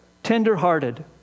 Tenderhearted